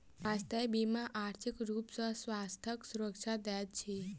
स्वास्थ्य बीमा आर्थिक रूप सॅ स्वास्थ्यक सुरक्षा दैत अछि